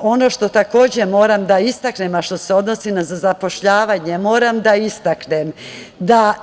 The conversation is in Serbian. Ono što takođe moram da istaknem a što se odnosi na zapošljavanje,